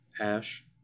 Ash